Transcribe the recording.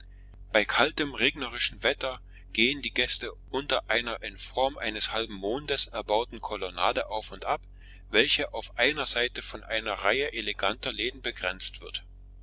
bei kaltem regnerischem wetter gehen die gäste unter einer in form eines halben mondes erbauten kolonnade auf und ab welche auf einer seite von einer reihe eleganter läden begrenzt wird